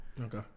Okay